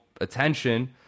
attention